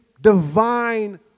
divine